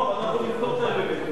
אנחנו נבדוק את האלמנט הזה.